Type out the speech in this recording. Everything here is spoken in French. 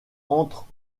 entre